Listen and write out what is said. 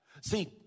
See